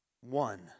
one